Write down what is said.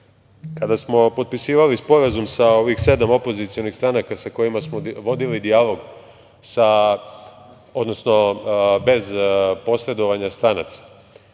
kada smo potpisivali sporazum sa ovih sedam opozicionih stranaka sa kojima smo vodili dijalog bez posredovanja stranaca,